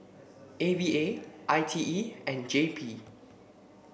A V A I T E and J P